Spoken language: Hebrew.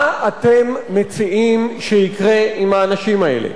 מה אתם מציעים שיקרה עם האנשים האלה?